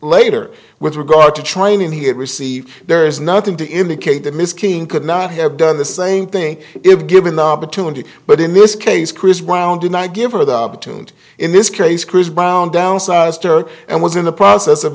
later with regard to training he received there is nothing to indicate that miss king could not have done the same thing if given the opportunity but in this case chris brown did not give her the opportunity in this case chris brown downsized her and was in the process of